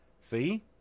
See